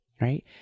right